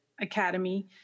academy